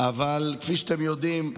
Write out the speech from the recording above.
אבל כפי שאתם יודעים,